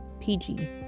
PG